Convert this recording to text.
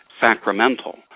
sacramental